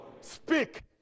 speak